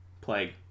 Plague